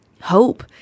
Hope